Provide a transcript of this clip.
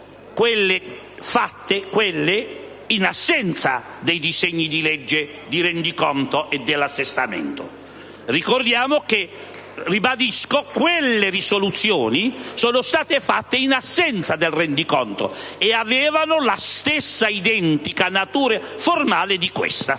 quindi in assenza dei disegni di legge di rendiconto e di assestamento. Ribadisco: quelle risoluzioni sono state approvate in assenza del rendiconto, e avevano la stessa identica natura formale di questa.